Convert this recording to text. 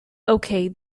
okay